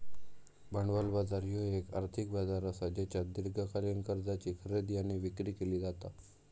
भांडवल बाजार ह्यो येक आर्थिक बाजार असा ज्येच्यात दीर्घकालीन कर्जाची खरेदी आणि विक्री केली जाता